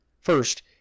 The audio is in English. First